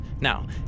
Now